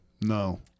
No